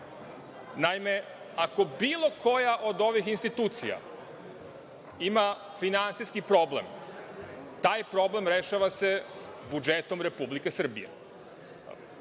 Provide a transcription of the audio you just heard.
ako bilo koja od ovih institucija ima finansijski problem, taj problem rešava se budžetom Republike Srbije.